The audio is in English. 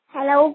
Hello